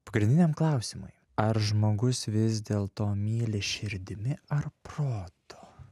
pagrindiniam klausimui ar žmogus vis dėlto myli širdimi ar protu